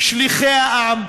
שליחי העם,